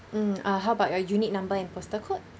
mm uh how about your unit number and postal code